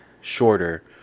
shorter